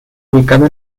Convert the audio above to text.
ubicado